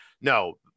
no